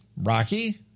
Rocky